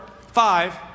five